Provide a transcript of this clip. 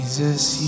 Jesus